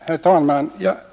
Herr talman!